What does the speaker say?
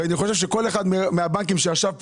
ואני חושב שכל אחד מהבנקים שישב פה